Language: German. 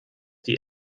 die